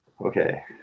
Okay